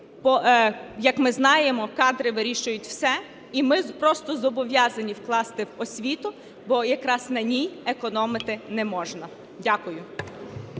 як ми знаємо, кадри вирішують все. І ми просто зобов'язані вкласти в освіту, бо якраз на ній економити не можна. Дякую.